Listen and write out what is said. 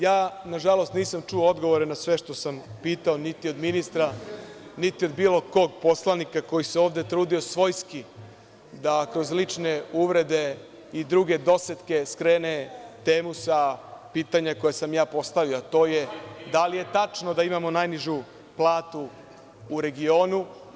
Ja, nažalost, nisam čuo odgovore na sve što sam pitao niti od ministra, niti od bilo kog poslanika koji se ovde trudio svojski da kroz lične uvrede i druge dosetke skrene temu sa pitanja koja sam ja postavio, a to je – da li je tačno da imamo najnižu platu u regionu?